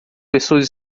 pessoas